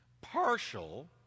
partial